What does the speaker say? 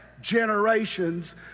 generations